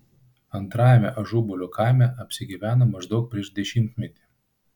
antrajame ažubalių kaime apsigyveno maždaug prieš dešimtmetį